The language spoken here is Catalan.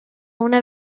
una